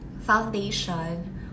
foundation